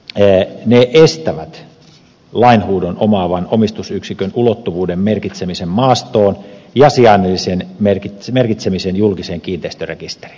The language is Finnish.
osittamisrajoitukset estävät lainhuudon omaavan omistusyksikön ulottuvuuden merkitsemisen maastoon ja sijainnillisen merkitsemisen julkiseen kiinteistörekisteriin